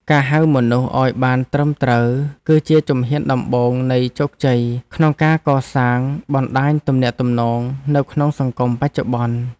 ការហៅមនុស្សឱ្យបានត្រឹមត្រូវគឺជាជំហានដំបូងនៃជោគជ័យក្នុងការកសាងបណ្ដាញទំនាក់ទំនងនៅក្នុងសង្គមបច្ចុប្បន្ន។